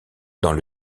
dans